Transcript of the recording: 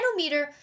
nanometer